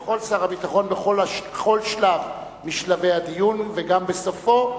יכול שר הביטחון בכל שלב משלבי הדיון, וגם בסופו.